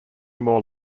more